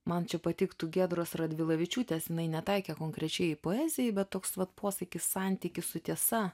man čia patiktų giedros radvilavičiūtės jinai netaikė konkrečiai poezijai bet toks vat posakis santykis su tiesa